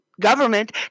government